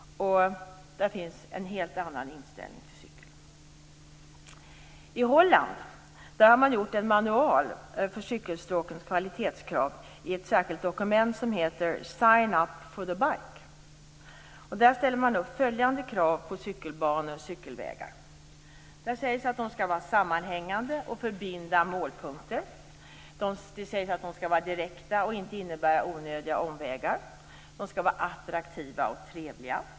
Där har man en helt annan inställning till cykeln. I Holland har man i ett särskilt dokument en manual för cykelstråkens kvalitetskrav. Dokumentet har titeln Sign up for the bike. Där ställs följande krav på cykelbanor och cykelvägar: De skall vara sammanhängande och förbinda målpunkter. De skall vara direkta och inte innebära onödiga omvägar. De skall vara attraktiva och trevliga.